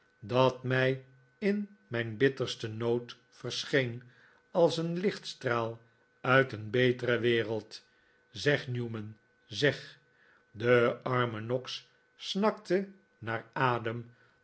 dat mij in mijn bittersten nood verscheen als een lichtstraal uit een betere wereld zeg newman zeg de arme noggs snakte naar adem